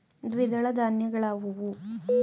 ದ್ವಿದಳ ಧಾನ್ಯಗಳಾವುವು?